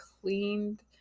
cleaned